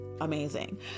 amazing